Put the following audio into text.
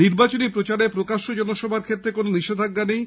নির্বাচনী প্রচারে প্রকাশ্য জনসভার ক্ষেত্রে কোন নিষেধাজ্ঞা নেই